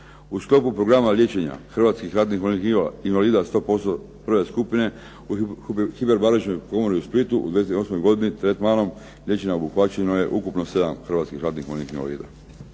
U sklopu programa liječenja hrvatskih ratnih vojnih invalida 100%, prve skupine … /Govornik se ne razumije./… u Splitu u 20008. godini tretmanom liječenja obuhvaćeno je ukupno 7 hrvatskih ratnih vojnih